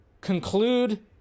conclude